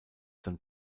dann